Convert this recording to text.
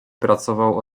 pracował